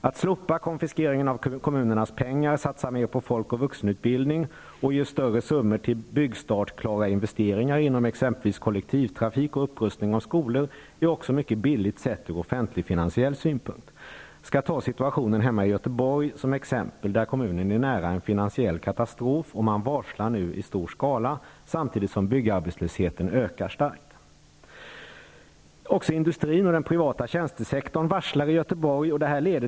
Att slopa konfiskeringen av kommunernas pengar, satsa mer på folk och vuxenutbildning samt att ge större summor till byggstartklara investeringar inom exempelvis kollektivtrafik och för upprustning av skolor är också mycket billigt sett ur offentligfinansiell synpunkt. Låt mig ta situationen hemma i Göteborg som exempel. Kommunen är nära en finansiell katastrof och varslar i stor skala, samtidigt som byggarbetslösheten ökar starkt. Också inom industrin och den privata tjänstesektorn varslar man i Göteborg.